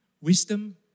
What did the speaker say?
wisdom